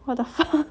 what the fuck